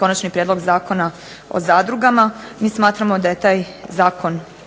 Konačni prijedlog zakona o zadrugama. Mi smatramo da je taj zakon